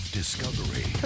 discovery